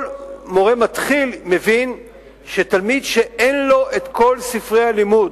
וכל מורה מתחיל מבין שתלמיד שאין לו כל ספרי הלימוד,